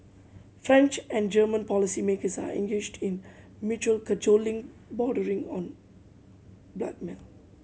French and German policymakers are engaged in mutual cajoling bordering on blackmail